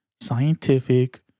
scientific